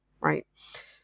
right